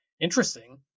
interesting